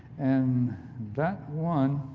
and that one